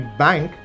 bank